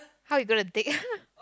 how you gonna take